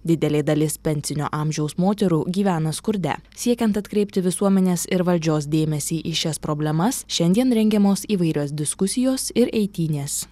didelė dalis pensinio amžiaus moterų gyvena skurde siekiant atkreipti visuomenės ir valdžios dėmesį į šias problemas šiandien rengiamos įvairios diskusijos ir eitynės